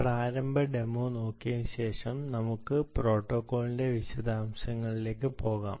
പ്രാരംഭ ഡെമോ നോക്കിയ ശേഷം നമുക്ക് ഈ പ്രോട്ടോക്കോളിന്റെ വിശദാംശങ്ങളിലേക്ക് പോകാം